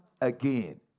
again